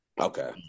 Okay